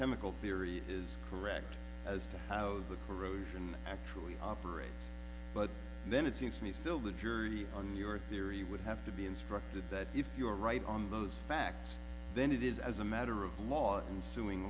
chemical theory is correct as to how the road in actually operates but then it seems to me still the jury on your theory would have to be instructed that if you were right on those facts then it is as a matter of law and suing